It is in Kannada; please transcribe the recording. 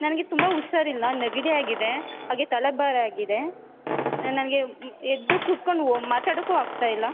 ನನಗೆ ತುಂಬ ಹುಷಾರಿಲ್ಲ ನೆಗಡಿಯಾಗಿದೆ ಹಾಗೆ ತಲೆಭಾರ ಆಗಿದೆ ನನಗೆ ಎದ್ದು ಕೂತ್ಕೊಂಡು ಮಾತಾಡೋಕ್ಕು ಆಗ್ತಾಯಿಲ್ಲ